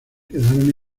quedaron